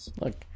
look